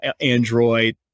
android